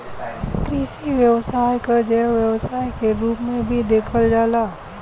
कृषि व्यवसाय क जैव व्यवसाय के रूप में भी देखल जाला